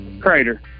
crater